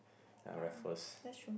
uh Raffles